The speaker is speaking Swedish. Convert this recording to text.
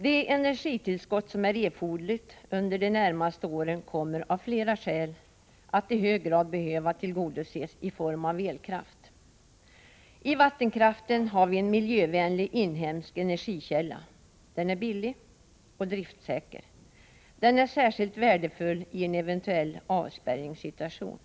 Det energitillskott som är erforderligt under de närmaste åren kommer av flera skäl att i hög grad behöva tillgodoses i form av elkraft. I vattenkraften har vi en miljövänlig inhemsk energikälla. Den är billig och driftsäker och den är särskilt värdefull vid en eventuell avspärrningssituation.